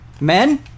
Men